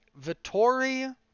Vittori